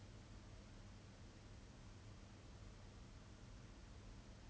maybe his salary like he's he's probably paid like very handsomely